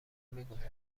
میگذاشت